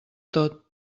tot